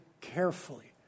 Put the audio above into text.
carefully